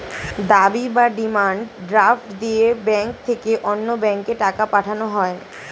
দাবি বা demand draft দিয়ে ব্যাংক থেকে অন্য ব্যাংকে টাকা পাঠানো হয়